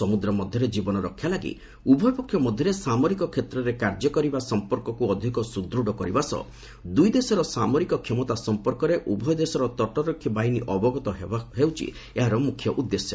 ସମୁଦ୍ର ମଧ୍ୟରେ ଜୀବନରକ୍ଷା ଲାଗି ଉଭୟ ପକ୍ଷ ମଧ୍ୟରେ ସାମରିକ କ୍ଷେତ୍ରରେ କାର୍ଯ୍ୟକରିବା ସମ୍ପର୍କକୁ ଅଧିକ ସୁଦୃଢ଼ କରିବା ସହ ଦୁଇ ଦେଶର ସାମରିକ କ୍ଷମତା ସମ୍ପର୍କରେ ଉଭୟ ଦେଶର ତଟରକ୍ଷୀ ବାହିନୀ ଅବଗତ ହେବା ହେଉଛି ଏହାର ମୁଖ୍ୟ ଉଦ୍ଦେଶ୍ୟ